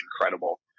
incredible